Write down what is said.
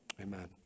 amen